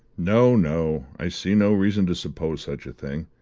no, no i see no reason to suppose such a thing.